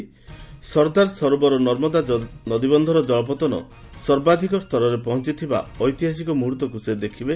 ସର୍ଦ୍ଦାର ସରୋବର ନର୍ମଦା ନଦୀବନ୍ଧର ଜଳପତନ ସର୍ବାଧିକ ସ୍ତରରେ ପହଞ୍ଚିଥିବା ଐତିହାସିକ ମୁହୂର୍ତ୍ତକୁ ସେ ଦେଖିବେ